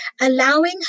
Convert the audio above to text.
allowing